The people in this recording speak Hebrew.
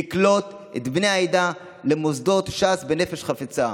לקלוט את בני העדה למוסדות ש"ס בנפש חפצה.